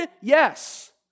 yes